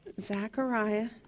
Zechariah